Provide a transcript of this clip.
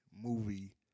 movie